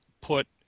put